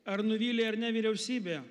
ar nuvylė ar ne vyriausybė